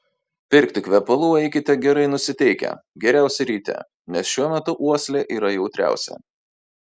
pirkti kvepalų eikite gerai nusiteikę geriausia ryte nes šiuo metu uoslė yra jautriausia